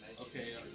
Okay